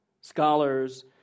scholars